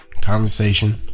conversation